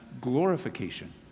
glorification